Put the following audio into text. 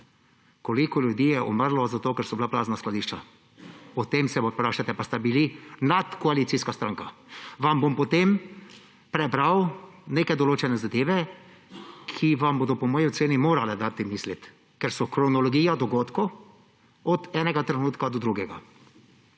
koliko ljudi je umrlo, zato ker so bila prazna skladišča. O tem se vprašajte, pa ste bili nadkoalicijska stranka. Vam bom potem prebral neke določene zadeve, ki vam bodo po moji oceni morale dati misliti, ker so kronologija dogodkov od enega trenutka do drugega.